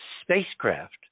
spacecraft